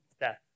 death